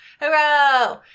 Hello